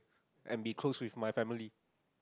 and be close with my family